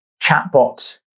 chatbot